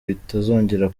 bitazongera